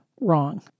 wrong